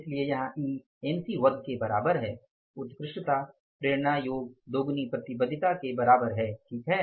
इसलिए यहाँ E MC वर्ग के बराबर है उत्कृष्टता प्रेरणा योग दोगुनी प्रतिबद्धता के बराबर है ठीक है